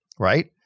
Right